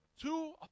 two